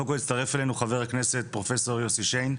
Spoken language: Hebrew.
קודם כל הצטרף אלינו חבר הכנסת פרופ' יוסי שיין.